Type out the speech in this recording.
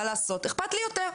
מה לעשות, איכפת לי יותר.